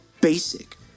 basic